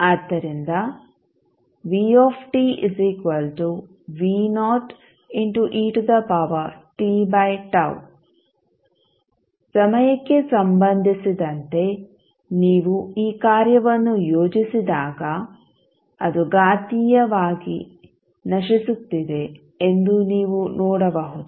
ಆದ್ದರಿಂದ ಸಮಯಕ್ಕೆ ಸಂಬಂಧಿಸಿದಂತೆ ನೀವು ಈ ಕಾರ್ಯವನ್ನು ಯೋಜಿಸಿದಾಗ ಅದು ಘಾತೀಯವಾಗಿ ನಶಿಸುತ್ತಿದೆ ಎಂದು ನೀವು ನೋಡಬಹುದು